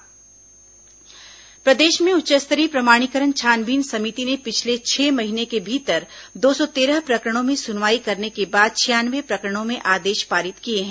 फर्जी जाति प्रमाण पत्र प्रदेश में उच्च स्तरीय प्रमाणीकरण छानबीन समिति ने पिछले छह महीने के भीतर दो सौ तेरह प्रकरणों में सुनवाई करने के बाद छियानवे प्रकरणों में आदेश पारित किए हैं